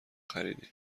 خریدیم